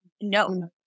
No